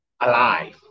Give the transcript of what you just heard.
alive